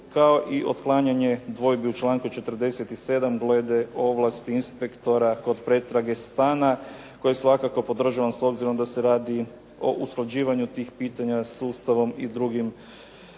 kao i otklanjanje dvojbi u članku 47. glede ovlasti inspektora kod pretrage stana koje svakako podržavam s obzirom da se radi o usklađivanju tih pitanja s Ustavom i drugim